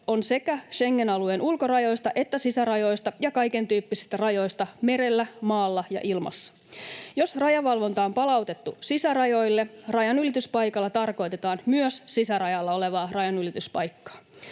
on sekä Schengen-alueen ulkorajoista että sisärajoista ja kaikentyyppisistä rajoista merellä, maalla ja ilmassa. Jos rajavalvonta on palautettu sisärajoille, rajanylityspaikalla tarkoitetaan myös sisärajalla olevaa rajanylityspaikkaa.